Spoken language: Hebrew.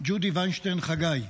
ג'ודי וינשטיין חגי,